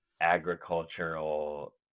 agricultural